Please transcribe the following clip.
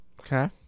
Okay